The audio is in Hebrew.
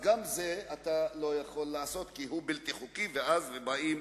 גם את זה אתה לא יכול לעשות כי הוא בלתי חוקי ואז באים